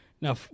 Now